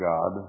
God